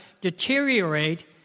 deteriorate